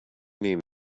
name